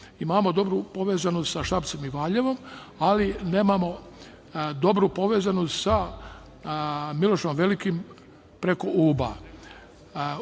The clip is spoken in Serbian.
dobru povezanost sa Šapcem i Valjevom, ali nemamo dobru povezanost sa „Milošem Velikim“ preko Uba. Mi